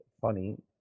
funny